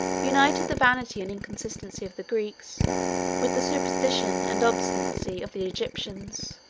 united the vanity and inconstancy of the greeks with the superstition and obstinacy of the egyptians.